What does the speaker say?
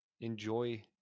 enjoy